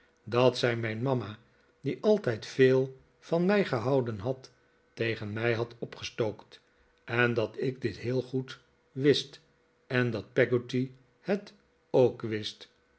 dat zij mijn mama die altijd heel veel van mij gehouden had tegen mij hadden opgestookt en dat ik dit heel goed wist en dat peggotty het ook